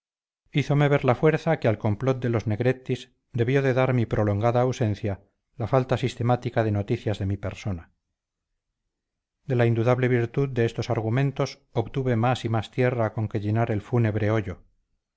hízome ver la fuerza que al complot de los negrettis debió de dar mi prolongada ausencia la falta sistemática de noticias de mi persona de la indudable virtud de estos argumentos obtuve más y más tierra con que llenar el fúnebre hoyo